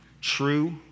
true